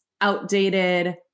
outdated